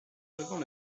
devant